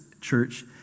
church